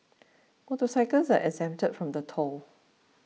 motorcycles are exempt from the toll